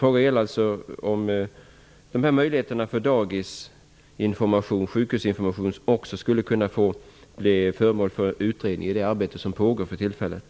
Jag undrar om den utredning som pågår för tillfället i sitt arbete också skulle kunna ta upp dessa föräldrars möjligheter att få information på dagis och sjukhus.